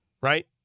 right